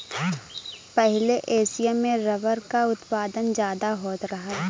पहिले एसिया में रबर क उत्पादन जादा होत रहल